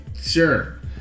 Sure